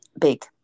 big